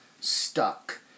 stuck